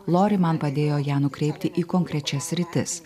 lori man padėjo ją nukreipti į konkrečias sritis